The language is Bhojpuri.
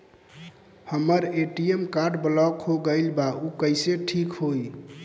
हमर ए.टी.एम कार्ड ब्लॉक हो गईल बा ऊ कईसे ठिक होई?